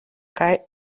kaj